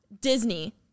Disney